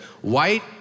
White